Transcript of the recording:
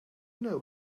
know